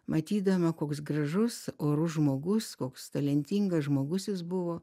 matydama koks gražus orus žmogus koks talentingas žmogus jis buvo